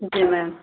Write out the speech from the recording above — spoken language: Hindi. जी मैम